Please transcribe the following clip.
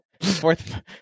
Fourth